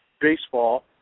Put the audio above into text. baseball